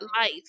life